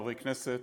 חברי כנסת,